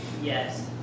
Yes